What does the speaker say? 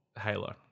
halo